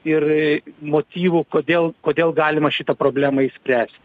ir į motyvų kodėl kodėl galima šitą problemą išspręsti